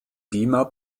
beamer